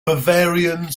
bavarian